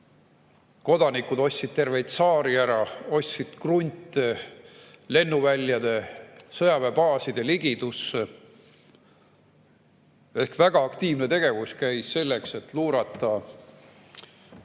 kodanikud ostsid terveid saari, ostsid krunte lennuväljade ja sõjaväebaaside ligidusse. Väga aktiivne tegevus käis selleks, et luurata